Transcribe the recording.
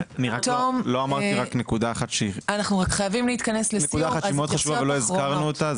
רק נקודה אחת שהיא מאוד חשובה ולא הזכרנו אותה,